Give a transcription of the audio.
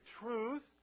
truth